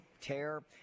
tear